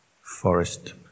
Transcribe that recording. forest